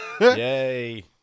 Yay